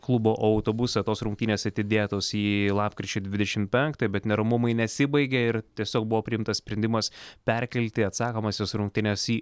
klubo autobusą tos rungtynės atidėtos į lapkričio dvidešimt penktąją bet neramumai nesibaigė ir tiesiog buvo priimtas sprendimas perkelti atsakomąsias rungtynes į